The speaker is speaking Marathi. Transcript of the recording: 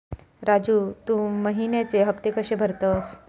राजू, तू महिन्याचे हफ्ते कशे भरतंस?